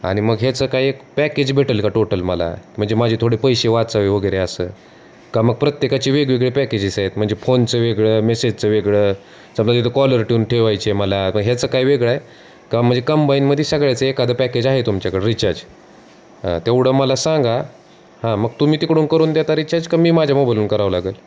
आणि मग ह्याचं काही एक पॅकेज भेटेल का टोटल मला म्हणजे माझे थोडे पैसे वाचावे वगैरे असं का मग प्रत्येकाचे वेगवेगळे पॅकेजेस आहेत म्हणजे फोनचं वेगळं आहे मेसेजचं वेगळं समजा इथं कॉलरट्यून ठेवायची आहे मला ह्याचं काय वेगळं आहे का म्हणजे कंबाईनमध्ये सगळ्याच आहे एखादं पॅकेज आहे तुमच्याकडं रिचार्ज तेवढं मला सांगा हां मग तुम्ही तिकडून करून देता रिचार्ज की मी माझ्या मोबाईलवरून करावं लागेल